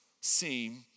seem